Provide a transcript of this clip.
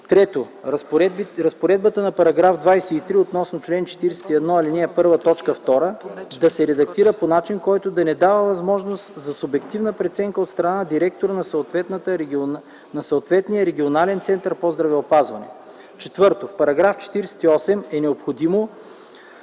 Трето, разпоредбата на § 23 относно чл. 44, ал. 1, т. 2 да се редактира по начин, който да не дава възможност за субективна преценка от страна на директора на съответния регионален център по здравеопазване. Четвърто, в § 48 е необходимо